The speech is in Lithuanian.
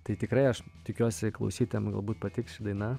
tai tikrai aš tikiuosi klausytojam galbūt patiks ši daina